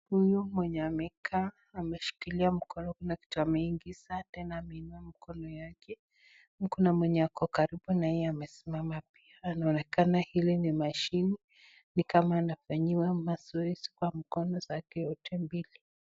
Huyu mwenye amekaa ameshikilia mkono kuna kitu ameingiza tena ameinua mikono yake. Kuna mwenye ako kando yake amesimama pia anaonekana, hili ni mashini, ni kama anafanyiwa mazoezi kwa mkono zake yote mbili.